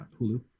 hulu